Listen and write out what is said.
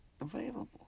available